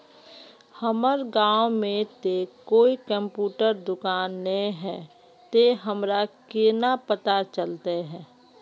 हमर गाँव में ते कोई कंप्यूटर दुकान ने है ते हमरा केना पता चलते है?